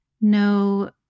no